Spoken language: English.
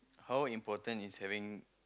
how important is having